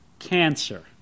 cancer